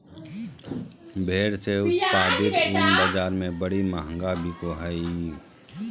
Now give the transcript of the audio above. भेड़ से उत्पादित ऊन बाज़ार में बड़ी महंगा बिको हइ